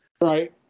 right